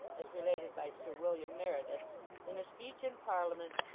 as related by sir william meredith in a speech in parliament,